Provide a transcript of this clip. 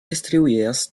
distribuidas